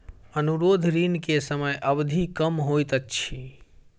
अनुरोध ऋण के समय अवधि कम होइत अछि